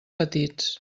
petits